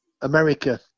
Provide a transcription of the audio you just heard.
America